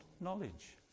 knowledge